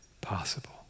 possible